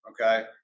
okay